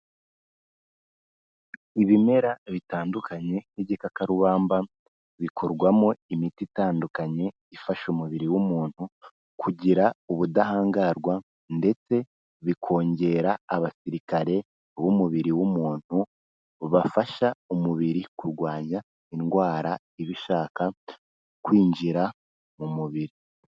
Ibimera bitandukanye nk'igikakarubamba, bikorwamo imiti itandukanye ifasha umubiri w'umuntu, kugira ubudahangarwa ndetse bikongera abasirikare b'umubiri w'umuntu, bafasha umubiri kurwanya indwara ibashaka kwinjira mu mubiri.